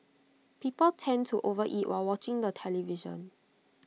people tend to overeat while watching the television